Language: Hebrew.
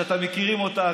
שאתה מכירים אותה,